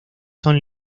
son